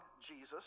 Jesus